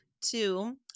Two